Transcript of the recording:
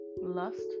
lust